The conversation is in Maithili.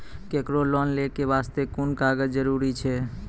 केकरो लोन लै के बास्ते कुन कागज जरूरी छै?